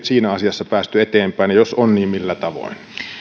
siinä asiassa päästy eteenpäin ja jos on niin millä tavoin